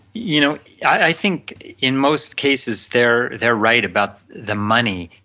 you know i think in most cases they're they're right about the money.